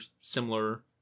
similar